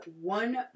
one